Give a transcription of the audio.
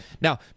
Now